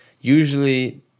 Usually